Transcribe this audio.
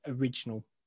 original